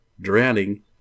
drowning